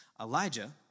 Elijah